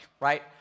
right